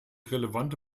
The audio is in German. relevante